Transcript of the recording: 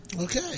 Okay